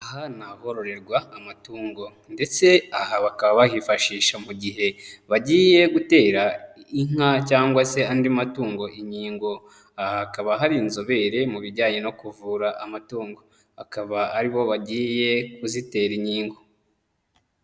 Aha ni ahororerwa amatungo, ndetse aha bakaba bahifashisha mu gihe, bagiye gutera inka cyangwa se andi matungo inkingo. Aha hakaba hari inzobere mu bijyanye no kuvura amatungo. Akaba aribo bagiye kuzitera inkingo.